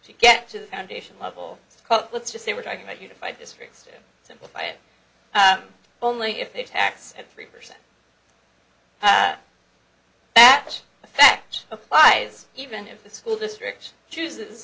to get to the foundation level up let's just say we're talking about unified districts to simplify it only if they tax at three percent that that fact applies even if the school district chooses